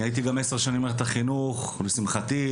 הייתי עשר שנים במערכת החינוך לשמחתי,